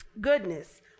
Goodness